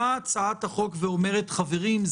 באה הצעת החוק ואומרת: חברים,